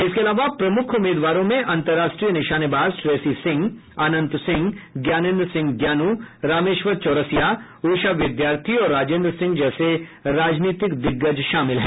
इसके अलावा प्रमुख उम्मीदवारों में अंतर्राष्ट्रीय निशानेबाज श्रेयसी सिंह अनंत सिंह ज्ञानेन्द्र सिंह ज्ञानू रामेश्वर चौरसिया उषा विद्यार्थी और राजेन्द्र सिंह जैसे राजनीतिक दिग्गज शामिल हैं